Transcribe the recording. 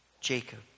Jacob